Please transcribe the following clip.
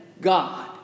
God